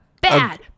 bad